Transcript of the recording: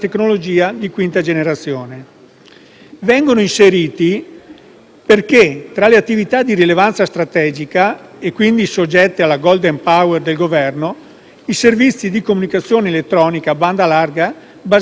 Vengono inseriti tra le attività di rilevanza strategica, e quindi soggette al *golden power* del Governo, i servizi di comunicazione elettronica a banda larga basati su tecnologia 5G.